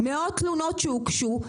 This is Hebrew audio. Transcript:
מאות תלונות שהוגשו,